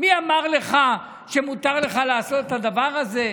מי אמר לך שמותר לך לעשות את הדבר הזה?